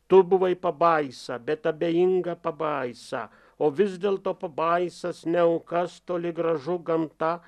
tu buvai pabaisa bet abejinga pabaisa o vis dėlto pabaisas ne aukas toli gražu gamta